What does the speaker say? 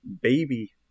Baby